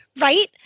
Right